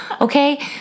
Okay